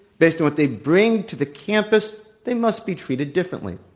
based on what they bring to the campus, they must be treated differently.